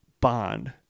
bond